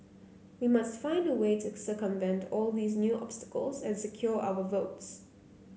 we must find a way to circumvent all these new obstacles and secure our votes